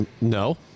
No